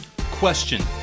Question